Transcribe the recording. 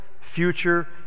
future